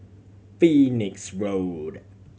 Phoenix Road